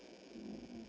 hmm